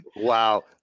wow